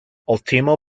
ultimo